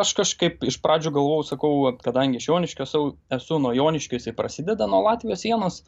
aš kažkaip iš pradžių galvojau sakau vat kadangi iš joniškio esu esu nuo joniškių jisai prasideda nuo latvijos sienos